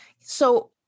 So-